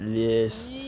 !ee!